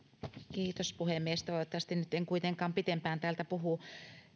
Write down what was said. kiitos puhemies toivottavasti nyt en kuitenkaan pitempään täältä puhu